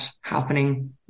happening